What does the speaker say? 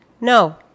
no